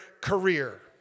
career